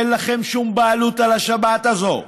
אין לכם שום בעלות על השבת הזאת,